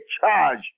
charge